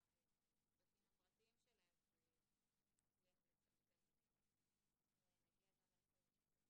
הבתים הפרטיים שלהם ונצליח לצמצם בקצת.